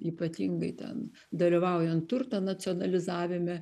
ypatingai ten dalyvaujant turto nacionalizavime